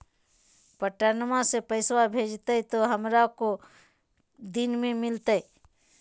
पटनमा से पैसबा भेजते तो हमारा को दिन मे मिलते?